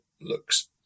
looks